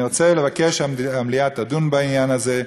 אני רוצה לבקש שהמליאה תדון בעניין הזה.